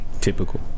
Typical